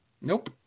Nope